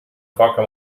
facă